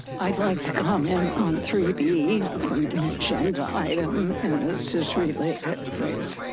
i'd like to comment on three b. it's and an agenda item and this is really it, please.